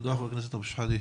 תודה חבר הכנסת אבו שחאדה.